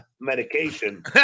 medication